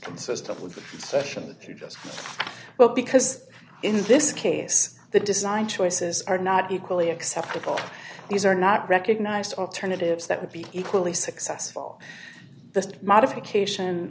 does well because in this case the design choices are not equally acceptable these are not recognised alternatives that would be equally successful the modification